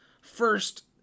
First